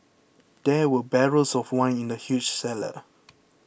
there were barrels of wine in the huge cellar